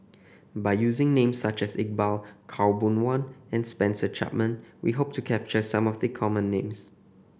by using names such as Iqbal Khaw Boon Wan and Spencer Chapman we hope to capture some of the common names